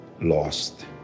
lost